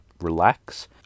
relax